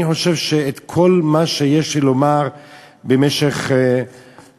אני חושב שאת כל מה שיש לי לומר בשנים האחרונות,